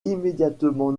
immédiatement